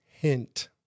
hint